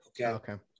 Okay